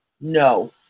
No